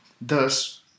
Thus